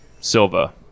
Silva